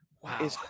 Wow